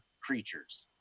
creatures